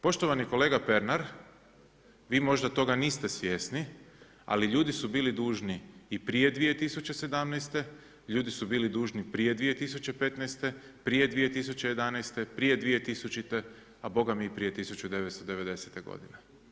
Poštovani kolega Pernar, vi možda toga niste svjesni, ali ljudi su bili dužni i prije 2017., ljudi su bili dužni prije 2015., prije 2011., prije 2000., a bogami i prije 1990. godine.